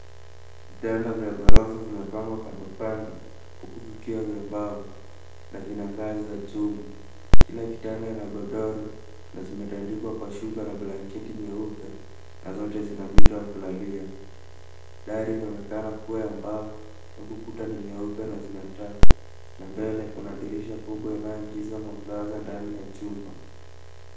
Vitanda vya ghorofa vimepangwa kando kando, huku vikiwa vya mbao na vina ngazi za chuma, kila kitanda Lina godoro na limetandikwa kwa shuka na blanketi nyeupe na zote zina mito za kulalia. Dari likionekana kuwa ya mbao huku kuta ni nyeupe na zina taa na mbele kuna madirisha makubwa inayoingiza mwangaza ndani ya chumba.